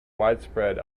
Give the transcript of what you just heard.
widespread